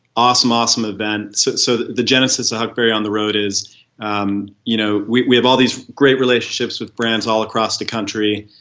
awesome awesome event. so so the the genesis of huckberry on the road is um you know we we have all these great relationships with brands all across the country,